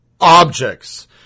objects